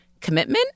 commitment